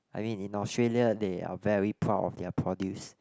I mean in Australia they are very proud of their produce